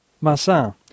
Massin